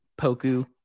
Poku